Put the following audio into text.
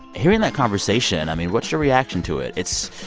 hearing that conversation, i mean, what's your reaction to it? it's